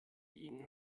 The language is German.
ihn